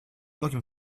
looking